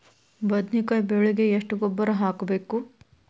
ಬದ್ನಿಕಾಯಿ ಬೆಳಿಗೆ ಎಷ್ಟ ಗೊಬ್ಬರ ಹಾಕ್ಬೇಕು?